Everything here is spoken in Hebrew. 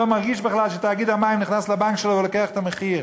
לא מרגיש בכלל שתאגיד המים נכנס לחשבון הבנק שלו ולוקח את המחיר.